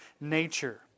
nature